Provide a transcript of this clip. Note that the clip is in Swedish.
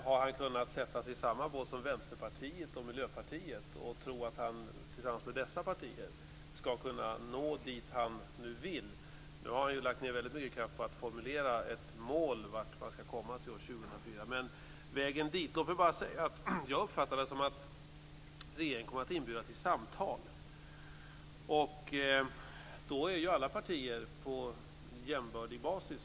Han har ju satt sig i samma bås som Vänsterpartiet och Miljöpartiet och tror att han tillsammans med dessa partier skall kunna nå dit han nu vill, och nu har han lagt ned mycken kraft på att formulera ett mål om vart man skall komma till år Jag uppfattar det så att regeringen kommer att inbjuda till samtal, och då är ju alla partier på jämbördig basis.